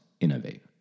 innovate